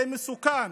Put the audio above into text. זה מסוכן,